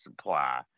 supply